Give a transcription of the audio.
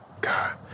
God